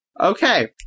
Okay